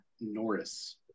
Norris